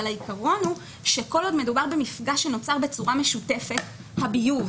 אבל העיקרון הוא שמדובר במפגע שנוצר בצורה משותפת כתוצאה משימוש בבניין,